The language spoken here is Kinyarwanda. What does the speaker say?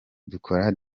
dukora